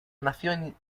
nación